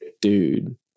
Dude